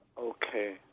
Okay